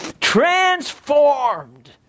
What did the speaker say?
Transformed